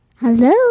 Hello